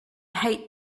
hate